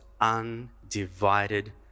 undivided